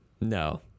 No